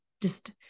just-